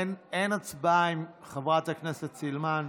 אין הצבעה, חברת הכנסת סילמן.